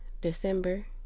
December